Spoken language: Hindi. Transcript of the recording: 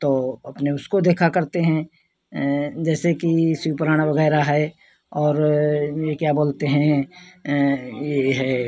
तो अपने उसको देखा करते हैं जैसे कि शिव पुराण वगैरह है और ये क्या बोलते हैं ये है